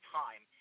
time